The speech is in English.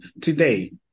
today